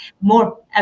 more